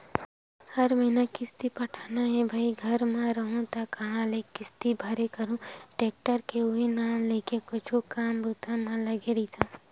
हर महिना किस्ती पटाना हे भई घर म रइहूँ त काँहा ले किस्ती भरे सकहूं टेक्टर के उहीं नांव लेके कुछु काम बूता म लगे रहिथव